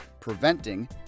preventing